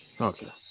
Okay